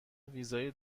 ویزای